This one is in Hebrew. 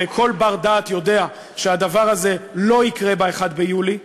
הרי כל בר-דעת יודע שהדבר הזה לא יקרה ב-1 ביולי.